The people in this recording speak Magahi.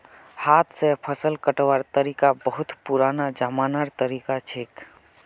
हाथ स फसल कटवार तरिका बहुत पुरना जमानार तरीका छिके